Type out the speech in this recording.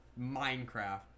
Minecraft